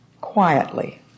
quietly